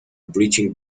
breaching